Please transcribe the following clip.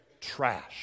trash